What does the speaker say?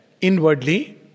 inwardly